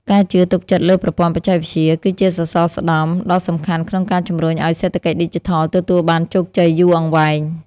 ការជឿទុកចិត្តលើប្រព័ន្ធបច្ចេកវិទ្យា គឺជាសសរស្តម្ភដ៏សំខាន់ក្នុងការជំរុញឱ្យសេដ្ឋកិច្ចឌីជីថលទទួលបានជោគជ័យយូរអង្វែង។